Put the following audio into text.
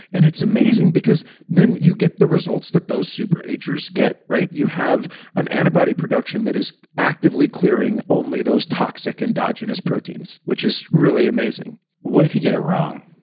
and it's amazing because then you get the results that those super agers get. you have an antibody production that is actively clearing only those toxic endogenous proteins, which is really amazing what if you get it wrong?